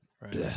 right